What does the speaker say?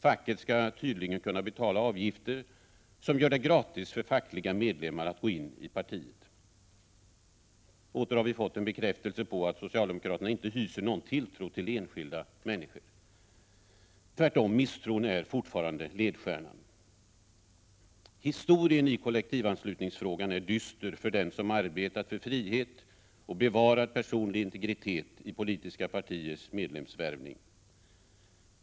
Facket skall tydligen kunna betala avgifter som gör det gratis för fackliga medlemmar att gå in i partiet. Åter har vi fått en bekräftelse på att socialdemokraterna inte hyser någon tilltro till enskilda människor. Tvärtom, misstron är fortfarande ledstjärnan, Historien i kollektivanslutningsfrågan är dyster för den som arbetar för frihet och för bevarande av personlig integritet i politiska partiers medlemsvärvning.